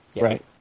Right